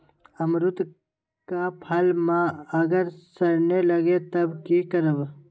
अमरुद क फल म अगर सरने लगे तब की करब?